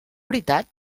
veritat